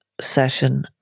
session